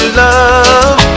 love